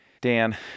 Dan